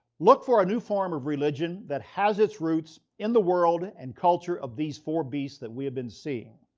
look for a new form of religion that has its roots in the world and culture of these four beasts that we have been seeing.